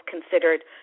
considered